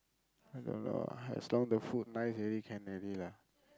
I don't know as long the food nice already can already lah